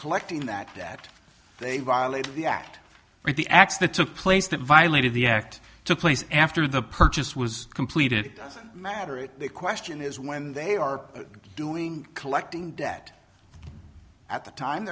collecting that they violate the act for the acts that took place that violated the act took place after the purchase was completed it doesn't matter if the question is when they are doing collecting debt at the time